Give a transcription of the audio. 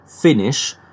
finish